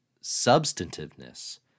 substantiveness